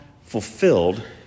fulfilled